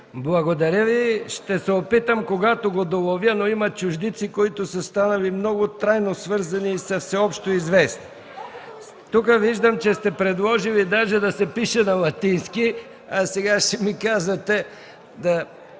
Благодаря Ви. Ще се опитам, когато го доловя. Но има чуждици, които са станали много трайно свързани и са всеобщо известни. Тук виждам, че сте предложили даже да се пише на латински, а сега ще ми казвате,...